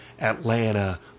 Atlanta